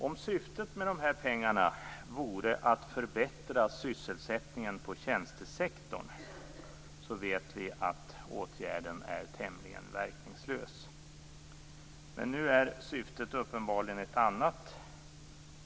Om syftet med pengarna vore att förbättra sysselsättningen inom tjänstesektorn vet vi att åtgärden är tämligen verkningslös. Men här är syftet uppenbarligen ett annat.